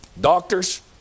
Doctors